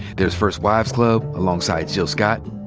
there's first wives' club, alongside jill scott.